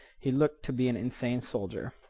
he looked to be an insane soldier.